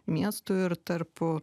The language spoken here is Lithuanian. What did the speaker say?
miestų ir tarp